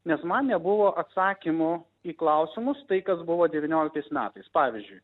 nes man nebuvo atsakymų į klausimus tai kas buvo devynioliktais metais pavyzdžiui